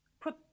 put